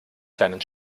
kleinen